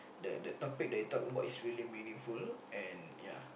the the topic that you talk about is really meaningful and yeah